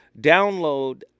Download